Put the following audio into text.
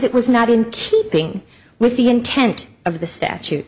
it was not in keeping with the intent of the statute